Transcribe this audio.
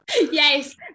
yes